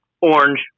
orange